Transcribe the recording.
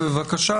בבקשה,